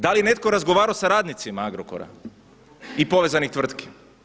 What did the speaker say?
Da li je netko razgovarao sa radnicima Agrokora i povezanih tvrtki?